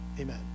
Amen